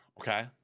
okay